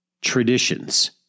traditions